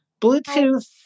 Bluetooth